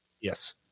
Yes